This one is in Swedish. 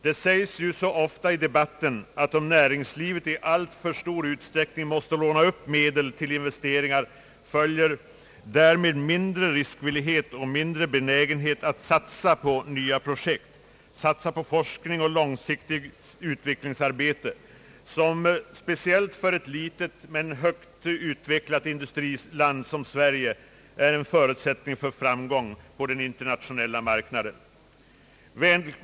Det sägs ju så ofta i debatten att om näringslivet i alltför stor utsträckning måste låna upp medel till investeringar följer därmed mindre riskvillighet och mindre benägenhet att satsa på nya projekt, satsa på forskning och långsiktigt utvecklingsarbete, som speciellt för ett litet men högt utvecklat industriland som Sverige är en förutsättning för framgång på den internationella marknaden.